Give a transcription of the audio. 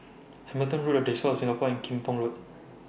Hamilton Road The Diocese of Singapore and Kim Pong Road